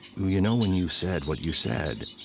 you you know, when you said what you said,